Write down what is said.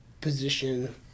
position